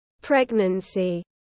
pregnancy